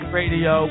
radio